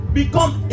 become